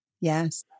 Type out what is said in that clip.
Yes